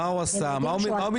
מה הוא עשה ומה הוא מתכוון.